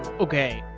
okay.